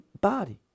body